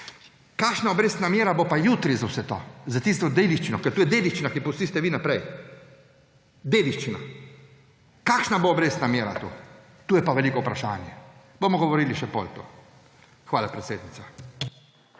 Kakšna obrestna mera bo pa jutri za vse to, za tisto dediščino? Ker to je dediščina, kar spustite vi naprej. Dediščina. Kakšna bo obrestna mera to? To je pa veliko vprašanje. Bomo govorili še potem o tem. Hvala, predsednica.